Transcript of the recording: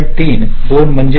3 2 म्हणजे 3